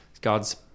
God's